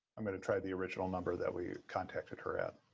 i'm going to try the original number that we contacted her at.